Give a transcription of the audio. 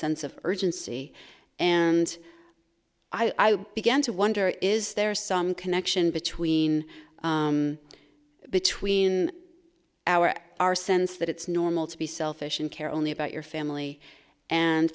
sense of urgency and i began to wonder is there some connection between between our our sense that it's normal to be selfish and care only about your family and